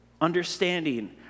understanding